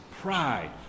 pride